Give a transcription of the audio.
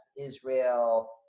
Israel